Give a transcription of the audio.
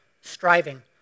striving